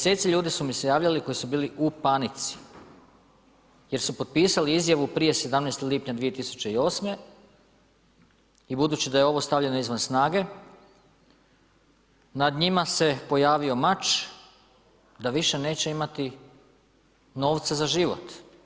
10-ci ljudi su mi se javljali koji su bili u panici, jer su potpisali izjavu prije 17. lipanja 2008. i budući da je ovo stavljeno izvan snage, nad njima se pojavio mač da više neće imati novca za život.